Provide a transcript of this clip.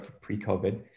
pre-COVID